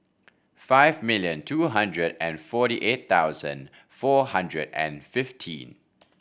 five million two hundred and forty eight thousand four hundred and fifteen